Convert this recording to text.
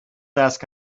ask